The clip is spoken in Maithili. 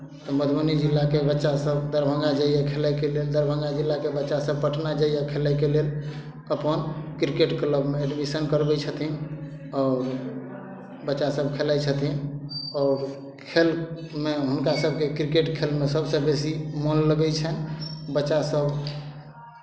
तऽ मधुबनी जिलाके बच्चासभ दरभंगा जाइए खेलायके लेल दरभंगा जिलाके बच्चासभ पटना जाइए खेलयके लेल अपन क्रिकेट क्लबमे एडमिशन करबै छथिन आओर बच्चासभ खेलाइ छथिन आओर खेलमे हुनका सभकेँ क्रिकेट खेलमे सभसँ बेसी मोन लगै छनि बच्चासभ